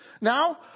Now